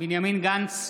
בנימין גנץ,